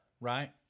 Right